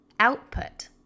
output